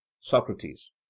Socrates